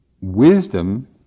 Wisdom